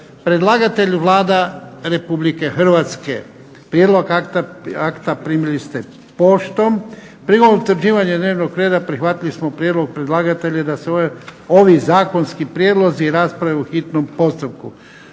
Predlagatelj Vlada Republike Hrvatske. Prijedlog akta primili ste poštom. Prilikom utvrđivanja dnevnog reda prihvatili smo prijedlog predlagatelja da se ovi zakonski prijedlozi rasprave u hitnom postupku.